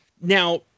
now